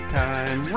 time